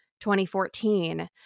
2014